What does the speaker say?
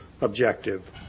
objective